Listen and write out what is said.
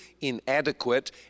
inadequate